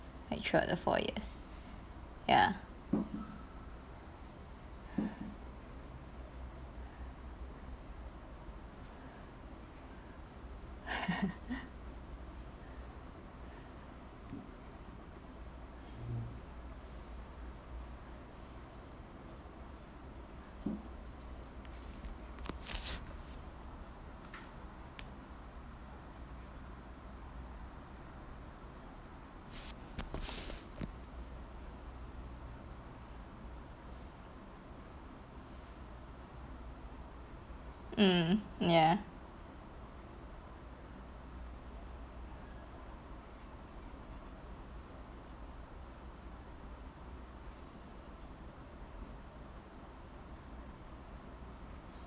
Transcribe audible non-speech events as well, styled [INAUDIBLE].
and throughout the four years ya [LAUGHS] mm ya